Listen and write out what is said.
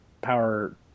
power